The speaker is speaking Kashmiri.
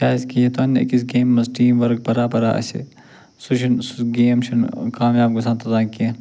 کیٛازکہِ یوٚتام نہٕ أکِس گیمہِ منٛز ٹیٖم ؤرٕک برابر آسہِ سُہ چھُنہٕ سُہ گیم چھِنہٕ کامیاب گژھان توٚتام کیٚنٛہہ